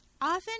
often